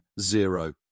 zero